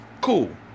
cool